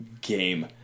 game